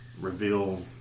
reveal